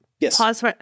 Yes